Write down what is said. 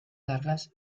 largas